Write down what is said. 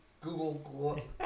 Google